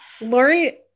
Lori